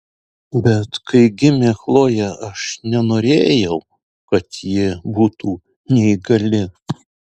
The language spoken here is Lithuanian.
bet kai gimė chlojė aš nenorėjau kad ji būtų neįgali